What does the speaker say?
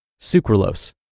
sucralose